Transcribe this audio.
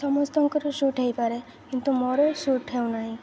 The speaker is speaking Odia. ସମସ୍ତଙ୍କର ସୁଟ୍ ହେଇପାରେ କିନ୍ତୁ ମୋର ସୁଟ୍ ହେଉନାହିଁ